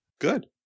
Good